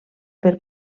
per